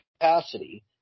capacity